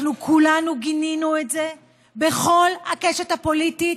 אנחנו כולנו גינינו את זה בכל הקשת הפוליטית,